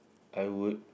I would